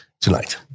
tonight